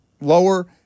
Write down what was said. lower